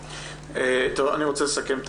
אני רוצה לסכם.